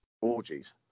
orgies